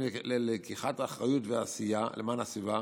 ללקיחת אחריות ועשייה למען הסביבה,